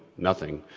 nothing.